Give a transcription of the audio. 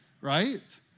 right